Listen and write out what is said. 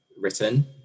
written